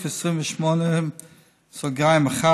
סעיף 28(1)